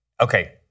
okay